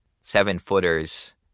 seven-footers